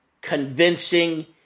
convincing